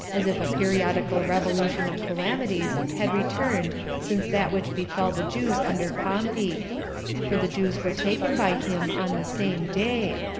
as if a periodical revolution of calamities had returned since that which befell the jews under pompey for the jews were taken by him on the same day,